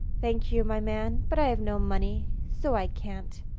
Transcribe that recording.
thank you, my man but i have no money so i can't.